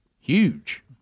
huge